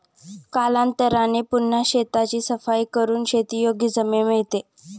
कालांतराने पुन्हा शेताची सफाई करून शेतीयोग्य जमीन मिळते